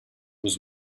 was